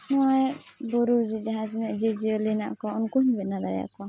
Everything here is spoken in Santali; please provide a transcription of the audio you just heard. ᱱᱚᱜᱼᱚᱭ ᱵᱩᱨᱩᱨᱮ ᱡᱟᱦᱟᱸ ᱛᱤᱱᱟᱹᱜ ᱡᱤᱵᱽᱼᱡᱤᱭᱟᱹᱞᱤ ᱦᱮᱱᱟᱜ ᱠᱚᱣᱟ ᱩᱱᱠᱩᱦᱚᱸᱧ ᱵᱮᱱᱟᱣ ᱫᱟᱲᱮᱭᱟ ᱠᱚᱣᱟ